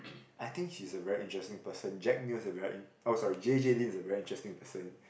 I think he's a very interesting person Jack-Neo is a very in~ oh sorry J_J-Lin is a very interesting person